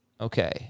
Okay